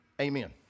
Amen